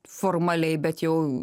formaliai bet jau